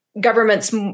governments